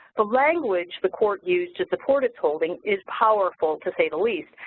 the language the court used to support its holding is powerful, to say the least.